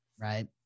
right